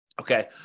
Okay